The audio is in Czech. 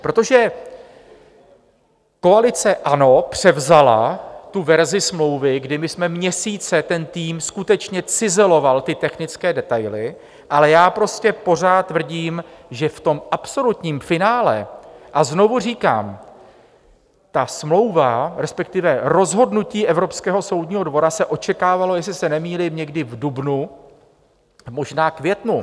Protože koalice, ano, převzala tu verzi smlouvy, kdy my jsme měsíce, ten tým skutečně cizeloval ty technické detaily, ale já prostě pořád tvrdím, že v tom absolutním finále a znovu říkám, ta smlouva, respektive rozhodnutí Evropského soudního dvora se očekávalo, jestli se nemýlím, někdy v dubnu, možná květnu.